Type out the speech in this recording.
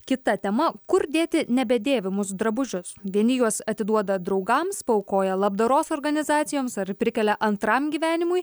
kita tema kur dėti nebedėvimus drabužius vieni juos atiduoda draugams paaukoja labdaros organizacijoms ar prikelia antram gyvenimui